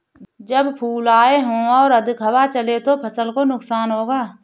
जब फूल आए हों और अधिक हवा चले तो फसल को नुकसान होगा?